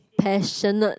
passionate